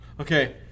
Okay